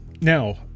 now